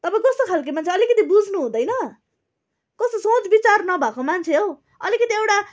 तपाईँ कस्तो खालको मान्छे अलिकति बुझ्नु हुँदैन कस्तो सोच विचार नभएको मान्छे हौ अलिकिति एउटा